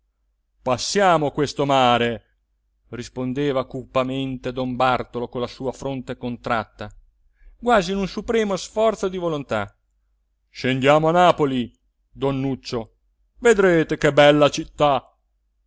passiamo questo mare rispondeva cupamente don bartolo con la fronte contratta quasi in un supremo sforzo di volontà scendiamo a napoli don nuccio vedrete che bella città